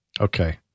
Okay